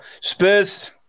Spurs